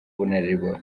ubunararibonye